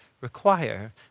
require